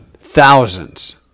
thousands